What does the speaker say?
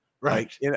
Right